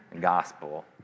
gospel